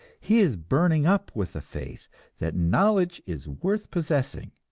he is burning up with the faith that knowledge is worth possessing,